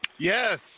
Yes